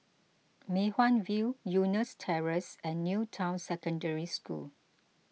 Mei Hwan View Eunos Terrace and New Town Secondary School